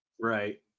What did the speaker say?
Right